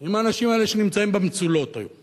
אם האנשים האלה, שנמצאים במצולות, היו,